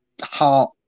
heart